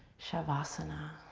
shavasana.